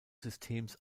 systems